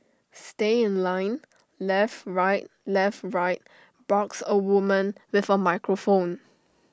stay in line left right left right barks A woman with A microphone